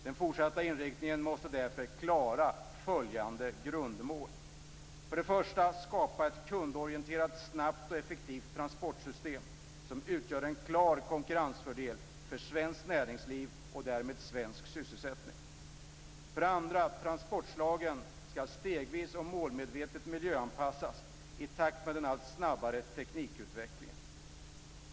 Den fortsatta inriktningen måste klara följande grundmål: För det första gäller det att skapa ett kundorienterat, snabbt och effektivt transportsystem som utgör en klar konkurrensfördel för svenskt näringsliv och därmed för svensk sysselsättning För det andra skall transportslagen stegvis och målmedvetet miljöanpassas i takt med den allt snabbare teknikutvecklingen.